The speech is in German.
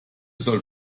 soll